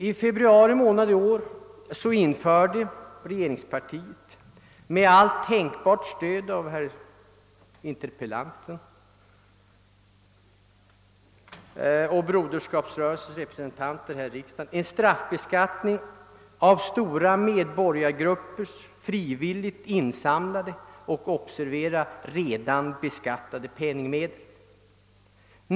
I februari månad i år införde regeringspartiet, med allt tänkbart stöd av interpellanten och Broderskapsrörelsens representanter här i riksdagen, en straffbeskattning på stora medborgargruppers frivilligt insamlade och — observera! — redan beskattade penningmedel.